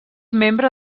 membre